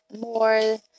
more